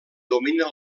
domina